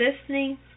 listening